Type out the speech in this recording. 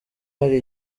hari